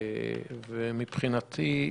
מבחינתי,